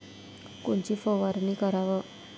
कोनची फवारणी कराव?